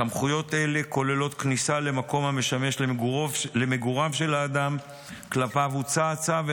סמכויות אלה כוללות כניסה למקום המשמש למגוריו של האדם שכלפיו הוצא הצו,